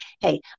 hey